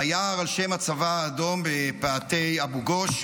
ביער על שם הצבא האדום בפאתי אבו גוש,